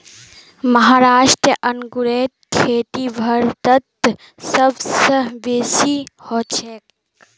महाराष्ट्र अंगूरेर खेती भारतत सब स बेसी हछेक